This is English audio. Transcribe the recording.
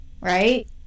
right